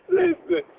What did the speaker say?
listen